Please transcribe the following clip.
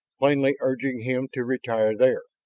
plainly urging him to retire there.